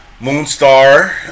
Moonstar